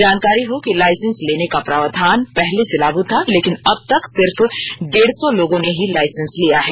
जानकारी हो कि लाइसेंस लेने का प्रावधान पहले से लागू था लेकिन अबतक सिर्फ डेढ़ सौ लोगों ने ही लाइसेंस लिया है